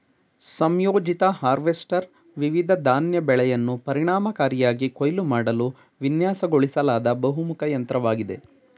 ಸಂಯೋಜಿತ ಹಾರ್ವೆಸ್ಟರ್ ವಿವಿಧ ಧಾನ್ಯ ಬೆಳೆಯನ್ನು ಪರಿಣಾಮಕಾರಿಯಾಗಿ ಕೊಯ್ಲು ಮಾಡಲು ವಿನ್ಯಾಸಗೊಳಿಸಲಾದ ಬಹುಮುಖ ಯಂತ್ರವಾಗಿದೆ